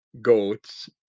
goats